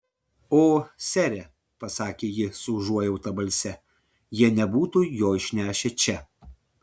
o sere pasakė ji su užuojauta balse jie nebūtų jo išnešę čia